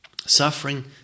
Suffering